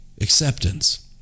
acceptance